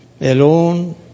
alone